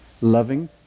loving